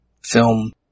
film